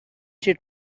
she